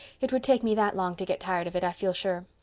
it would take me that long to get tired of it, i feel sure.